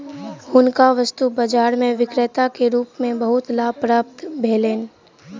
हुनका वस्तु बाजार में विक्रेता के रूप में बहुत लाभ प्राप्त भेलैन